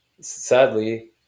sadly